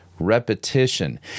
repetition